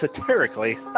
satirically